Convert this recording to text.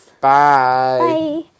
Bye